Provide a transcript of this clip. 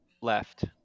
left